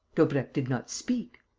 daubrecq did not speak.